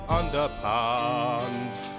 underpants